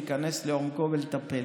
להיכנס לעומקו ולטפל.